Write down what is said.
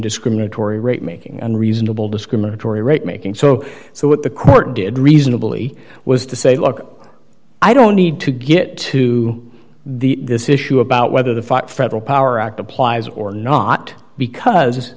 discriminatory rate making unreasonable discriminatory rate making so so what the court did reasonably was to say look i don't need to get to the this issue about whether the federal power act applies or not because